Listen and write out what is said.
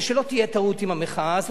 ושלא תהיה טעות עם המחאה הזאת,